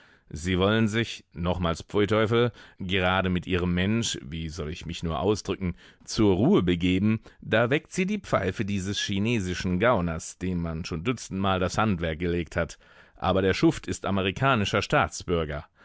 sie wollen sich nochmals pfui teufel gerade mit ihrem mensch wie soll ich mich nur ausdrücken zur ruhe begeben da weckt sie die pfeife dieses chinesischen gauners dem man schon dutzendmal das handwerk gelegt hat aber der schuft ist amerikanischer staatsbürger